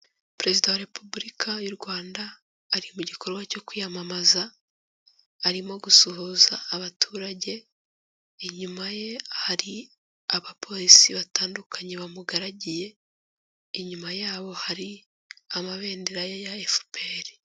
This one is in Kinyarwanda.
Perezida wa Repubulika y'u Rwanda ari mu gikorwa cyo kwiyamamaza, arimo gusuhuza abaturage, inyuma ye hari abapolisi batandukanye bamugaragiye, inyuma yabo hari amabendera ya FPR.